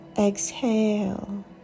Exhale